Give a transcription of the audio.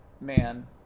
man